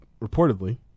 reportedly